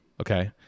okay